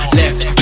left